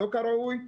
לא כראוי,